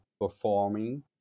performing